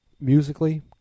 Musically